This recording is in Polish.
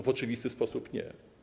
W oczywisty sposób nie.